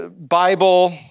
Bible